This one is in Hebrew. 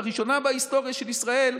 לראשונה בהיסטוריה של ישראל,